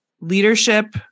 leadership